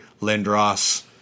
Lindros